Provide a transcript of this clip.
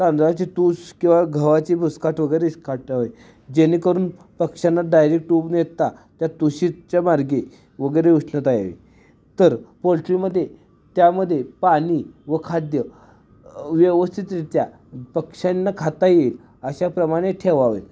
तांदळाची टूस किंवा गव्हाची भूसकाट वगैरे जेणेकरून पक्ष्यांना डायरेक्ट उब न देता त्या टुशीच्यामार्गे वगैरे उष्णता यावी तर पोल्ट्रीमध्ये त्यामध्ये पाणी व खाद्य व्यवस्थितरित्या पक्ष्यांना खाता येईल अशाप्रमाणे ठेवावे